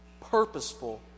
purposeful